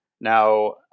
Now